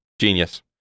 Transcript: Genius